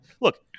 look